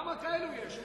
כמה כאלו יש?